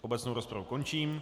Obecnou rozpravu končím.